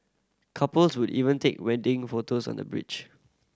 couples would even take wedding photos on the bridge